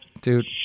dude